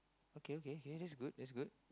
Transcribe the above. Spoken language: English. okay okay okay that's good that's good